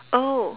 oh